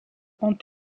ont